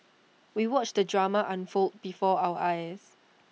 we watched the drama unfold before our eyes